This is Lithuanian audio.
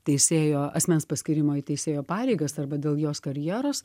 teisėjo asmens paskyrimo į teisėjo pareigas arba dėl jos karjeros